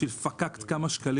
בשביל כמה שקלים